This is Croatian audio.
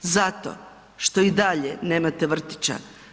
Zato što i dalje nemate vrtića.